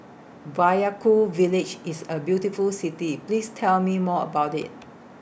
Vaiaku Village IS A beautiful City Please Tell Me More about IT